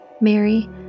Mary